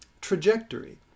trajectory